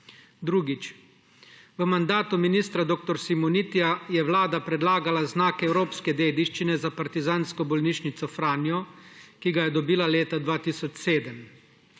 Drugič. V mandatu ministra dr. Simonitija je Vlada predlagala znak evropske dediščine za Partizansko bolnico Franja, ki ga je dobila leta 2007.